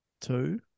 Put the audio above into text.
Two